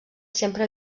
sempre